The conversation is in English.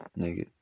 nigga